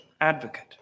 advocate